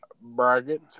bracket